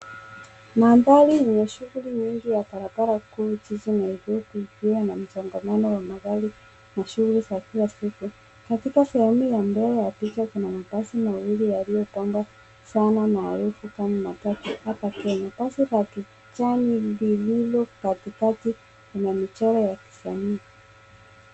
Mandhari yenye shughuli nyingi ya barabara kuu jiji Nairobi likiwa na msongamano wa gari na watu na shughuli za kila siku. Katika sehemu ya mbele ya picha kuna mabasi mawili yaliyopambwa sana na refu kama matatu hapa Kenye. Basi la kijani lililo katikati lina michororo ya kisanii.